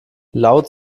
laut